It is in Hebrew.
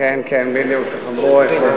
לרווחה